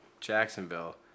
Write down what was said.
Jacksonville